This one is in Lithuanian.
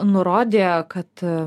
nurodė kad